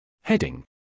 Heading